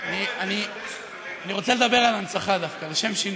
אני רוצה לדבר על הנצחה דווקא, לשם שינוי.